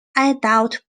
adult